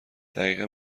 دقیقا